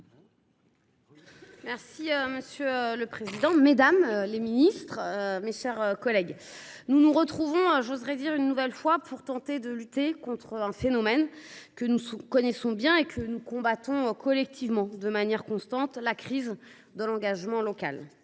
Monsieur le président, mesdames les ministres, mes chers collègues, nous nous retrouvons une nouvelle fois pour tenter de lutter contre un phénomène que nous connaissons bien et que nous combattons collectivement de manière constante : la crise de l’engagement local.